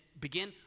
begin